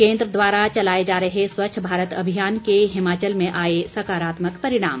केन्द्र द्वारा चलाए जा रहे स्वच्छ भारत अभियान के हिमाचल में आए सकारात्मक परिणाम